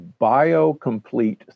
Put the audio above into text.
BioComplete